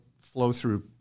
flow-through